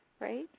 right